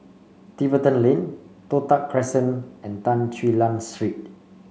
Tiverton Lane Toh Tuck Crescent and Tan Quee Lan Street